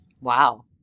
Wow